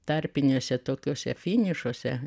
tarpinėse tokiuose finišuose